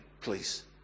please